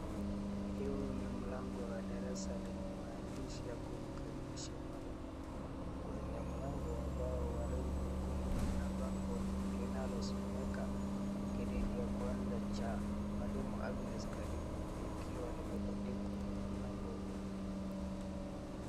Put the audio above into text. Huu ni mlango wa darasa lenye maandishi ya kumkaribisha mwalimu. Kwenye mlango wa bao wa rangi nyekundu kuna bango linalosomeka, "Gredi ya kwanza cha mwalimu Agnes karibu," likiwa limebandikwa kwenye mlango huo.